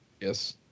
Yes